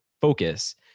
focus